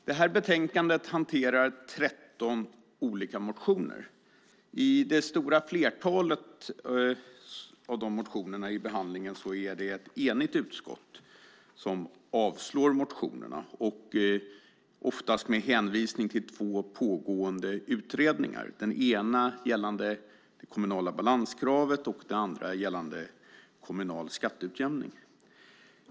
Fru talman! Betänkandet behandlar 13 olika motioner. Det stora flertalet av dessa motioner har avstyrkts av ett enigt utskott, oftast med hänvisning till två pågående utredningar - den ena gällande det kommunala balanskravet och den andra gällande kommunal skatteutjämning.